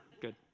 Good